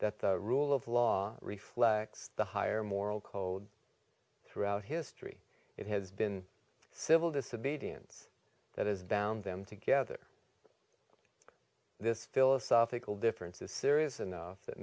that the rule of law reflects the higher moral code throughout history it has been civil disobedience that is bound them together this philosophical difference is serious enough that